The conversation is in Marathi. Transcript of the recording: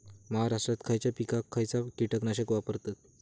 महाराष्ट्रात खयच्या पिकाक खयचा कीटकनाशक वापरतत?